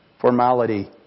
Formality